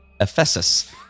Ephesus